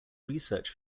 research